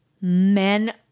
Men